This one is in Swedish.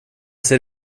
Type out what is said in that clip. ser